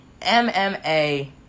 MMA